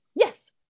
Yes